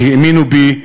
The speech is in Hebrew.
שהאמינו בי,